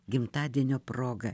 gimtadienio proga